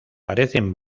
parecen